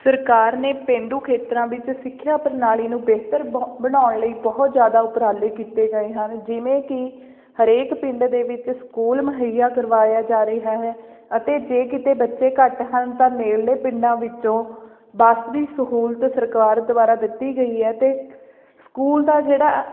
ਸਰਕਾਰ ਨੇ ਪੇਂਡੂ ਖੇਤਰਾਂ ਵਿੱਚ ਸਿੱਖਿਆ ਪ੍ਰਣਾਲੀ ਨੂੰ ਬਿਹਤਰ ਬ ਬਣਾਉਣ ਲਈ ਬਹੁਤ ਜ਼ਿਆਦਾ ਉਪਰਾਲੇ ਕੀਤੇ ਗਏ ਹਨ ਜਿਵੇਂ ਕਿ ਹਰੇਕ ਪਿੰਡ ਦੇ ਵਿੱਚ ਸਕੂਲ ਮੁਹੱਈਆ ਕਰਵਾਇਆ ਜਾ ਰਿਹਾ ਹੈ ਅਤੇ ਜੇ ਕਿਤੇ ਬੱਚੇ ਘੱਟ ਹਨ ਤਾਂ ਨੇੜਲੇ ਪਿੰਡਾਂ ਵਿੱਚੋਂ ਬੱਸ ਦੀ ਸਹੂਲਤ ਸਰਕਾਰ ਦੁਆਰਾ ਦਿੱਤੀ ਗਈ ਹੈ ਅਤੇ ਸਕੂਲ ਦਾ ਜਿਹੜਾ